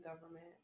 government